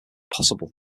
possible